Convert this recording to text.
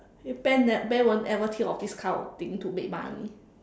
I say Ben Ben ne~ Ben won't ever think of this kind of thing to make money